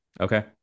Okay